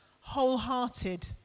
wholehearted